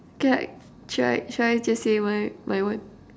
can I try should I just say my my one